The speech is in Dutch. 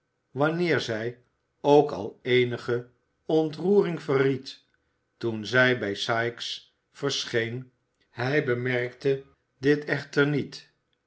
wanneer zij ook al eenige ontroering verried toen zij bij sikes verscheen hij bemerkte dit echter niet